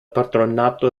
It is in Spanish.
patronato